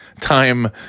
time